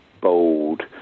bold